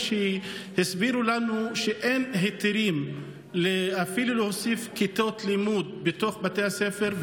הסבירו לנו שאין היתרים להוסיף אפילו כיתות לימוד בתוך בתי הספר,